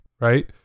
right